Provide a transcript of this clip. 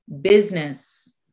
business